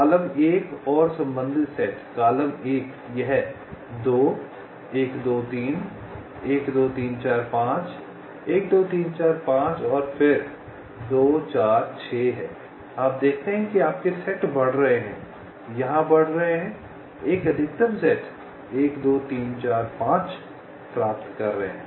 column 1 और संबंधित set column 1 यह 2 1 2 3 1 2 3 4 5 1 2 3 4 5 1 2 4 5 फिर 2 4 6 है आप देखते हैं कि आपके सेट बढ़ रहे हैं बढ़ रहे हैं यहां बढ़ रहे हैं एक अधिकतम सेट 1 2 3 4 5 प्राप्त कर रहे हैं